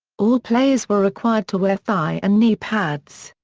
all players were required to wear thigh and knee pads.